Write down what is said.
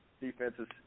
defenses